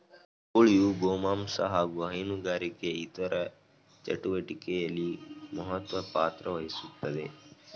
ಗೂಳಿಯು ಗೋಮಾಂಸ ಹಾಗು ಹೈನುಗಾರಿಕೆ ಇತರ ಚಟುವಟಿಕೆಲಿ ಮಹತ್ವ ಪಾತ್ರವಹಿಸ್ತದೆ